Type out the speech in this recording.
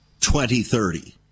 2030